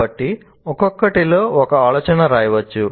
కాబట్టి ఒక్కొక్కటిలో ఒక ఆలోచన రాయవచ్చు